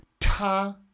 ta